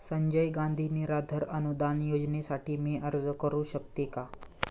संजय गांधी निराधार अनुदान योजनेसाठी मी अर्ज करू शकते का?